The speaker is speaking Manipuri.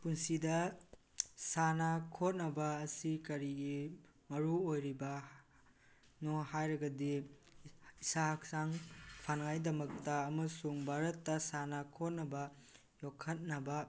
ꯄꯨꯟꯁꯤꯗ ꯁꯥꯟꯅ ꯈꯣꯠꯅꯕ ꯑꯁꯤ ꯀꯔꯤꯒꯤ ꯃꯔꯨ ꯑꯣꯏꯔꯤꯕꯅꯣ ꯍꯥꯏꯔꯒꯗꯤ ꯏꯁꯥ ꯍꯛꯆꯥꯡ ꯐꯅꯉꯥꯏꯗꯃꯛꯇ ꯑꯃꯁꯨꯡ ꯚꯥꯔꯠꯇ ꯁꯥꯟꯅ ꯈꯣꯠꯅꯕ ꯌꯣꯛꯈꯠꯅꯕ